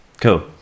cool